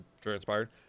transpired